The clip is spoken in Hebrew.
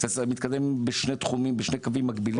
זה מתקדם בשני קווים מקבילים,